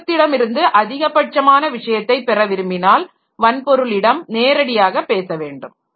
ஸிஸ்டத்திடமிருந்து அதிகபட்சமான விஷயத்தை பெற விரும்பினால் வன்பொருளிடம் நேரடியாக பேச வேண்டும்